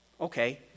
Okay